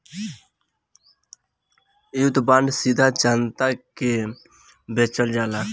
युद्ध बांड सीधा जनता के बेचल जाला